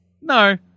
No